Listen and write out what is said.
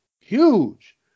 huge